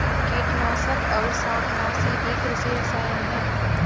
कीटनाशक और शाकनाशी भी कृषि रसायन हैं